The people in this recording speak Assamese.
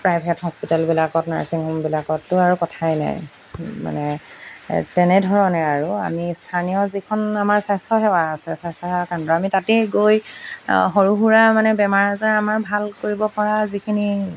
প্ৰাইভেট হস্পিটেলবিলাকত নাৰ্চিং হোমবিলাকততো আৰু কথাই নাই মানে তেনেধৰণে আৰু আমি স্থানীয় যিখন আমাৰ স্বাস্থ্যসেৱা আছে স্বাস্থ্যসেৱা কেন্দ্ৰ আমি তাতে গৈ সৰু সুৰা মানে বেমাৰ আজাৰ আমাৰ ভাল কৰিব পৰা যিখিনি